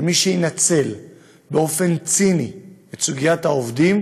שמי שינצל באופן ציני את סוגיית העובדים,